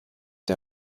der